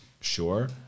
Sure